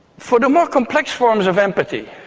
for the more complex forms of empathy,